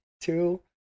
Two